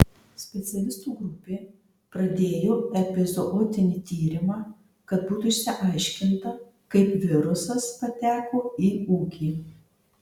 specialistų grupė pradėjo epizootinį tyrimą kad būtų išsiaiškinta kaip virusas pateko į ūkį